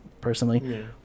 personally